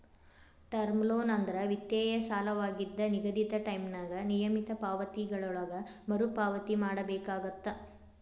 term loan ಅಂದ್ರ ವಿತ್ತೇಯ ಸಾಲವಾಗಿದ್ದ ನಿಗದಿತ ಟೈಂನ್ಯಾಗ ನಿಯಮಿತ ಪಾವತಿಗಳೊಳಗ ಮರುಪಾವತಿ ಮಾಡಬೇಕಾಗತ್ತ